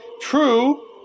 True